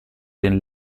den